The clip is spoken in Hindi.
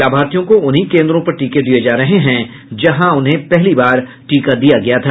लाभार्थियों को उन्हीं केन्द्रों पर टीके दिये जा रहे हैं जहां उन्हें पहली बार टीका दिया गया था